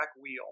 wheel